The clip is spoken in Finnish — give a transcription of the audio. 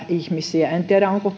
ihmisiä en tiedä onko